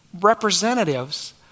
representatives